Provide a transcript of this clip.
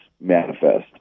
manifest